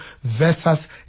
versus